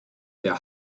der